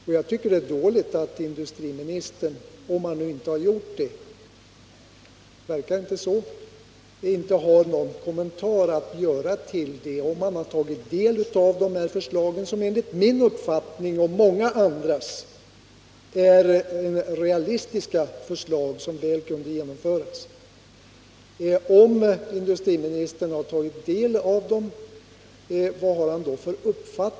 Det verkar inte som om industriministern har tagit del av dessa förslag — i varje fall gjorde han inte någon kommentar till dem. Enligt min och många andras uppfattning är detta realistiska förslag som mycket väl borde kunna genomföras. Vilken uppfattning har industriministern om dessa förslag, ifall han nu har tagit del av dem?